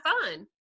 fun